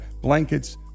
blankets